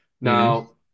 Now